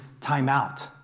timeout